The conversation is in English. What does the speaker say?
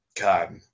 God